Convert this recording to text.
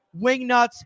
Wingnuts